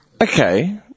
Okay